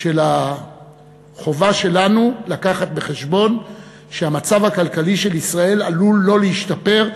של החובה שלנו לקחת בחשבון שהמצב הכלכלי של ישראל עלול לא להשתפר,